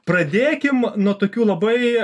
pradėkim nuo tokių labai